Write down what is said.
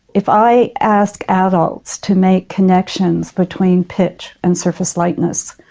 if i ask adults to make connections between pitch and surface lightness,